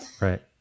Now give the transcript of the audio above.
right